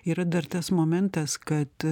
yra dar tas momentas kad